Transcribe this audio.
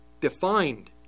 defined